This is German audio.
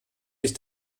sich